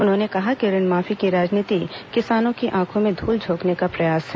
उन्होंने कहा कि ऋण माफी की राजनीति किसानों की आंखों में धूल झोंकने का प्रयास है